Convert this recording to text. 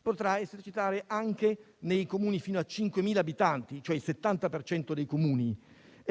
potranno esercitare anche nei Comuni fino a 5.000 abitanti, cioè il 70 per cento dei Comuni.